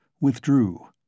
withdrew